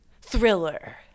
Thriller